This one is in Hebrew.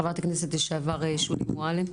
חברת הכנסת לשעבר, שולי מועלם.